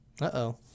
Uh-oh